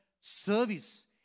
service